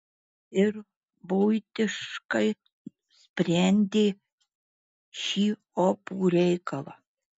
ir buitiškai sprendė šį opų reikalą